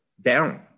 down